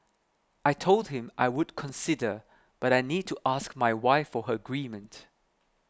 I told him I would consider but I need to ask my wife for her agreement